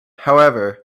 however